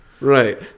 right